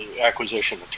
acquisition